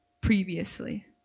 previously